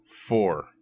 four